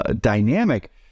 dynamic